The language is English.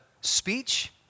speech